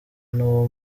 n’uwo